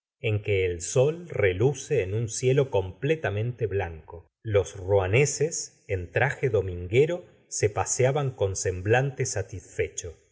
en que el sol reluce en un cielo completamente blanco los rueneses en tr je dominguero se paseaban con semblante satisfecho